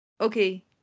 okay